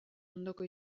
ondoko